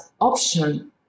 option